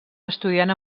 estudiant